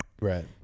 Right